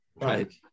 right